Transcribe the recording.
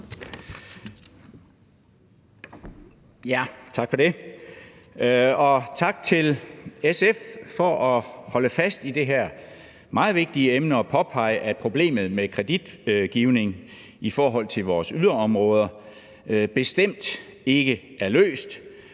tak til SF for at holde fast i det her meget vigtige emne og påpege, at problemet med kreditgivning i forhold til vores yderområder bestemt ikke er løst.